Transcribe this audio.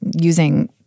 using